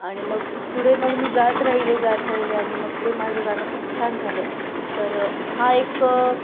आणि मग पुढे मग मी गात राहिले गात राहिले आणि मग ते माझं गाणं खूप छान झालं तर हा एक